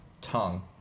tongue